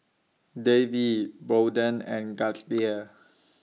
Davey Bolden and Gaither